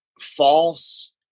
false